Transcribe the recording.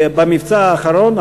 במבצע האחרון,